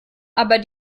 aber